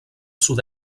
sud